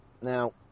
Now